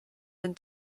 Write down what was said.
den